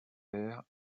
père